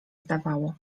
zdawało